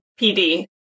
PD